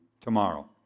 tomorrow